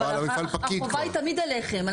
אבל החובה היא תמיד עליכם.